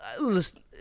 listen